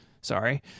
sorry